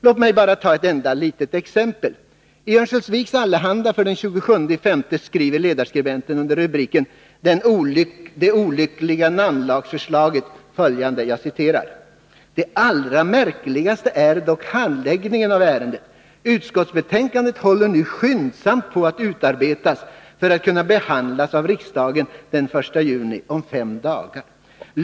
Låt mig bara ta ett enda litet exempel. I Örnsköldsviks Allehanda för den 27 maj skriver ledarskribenten under rubriken Det olyckliga namnförslaget: ”Det allra märkligaste är dock handläggningen av ärendet. Utskottsbetänkandet håller nu skyndsamt på att utarbetas för att kunna behandlas av riksdagen den första juni — om fem dagar.